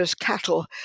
cattle